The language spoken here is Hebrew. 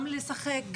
גם לשחק,